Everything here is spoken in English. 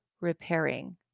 repairing